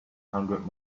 hundred